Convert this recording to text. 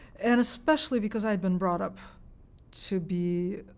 and especially because i had been brought up to be